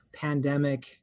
pandemic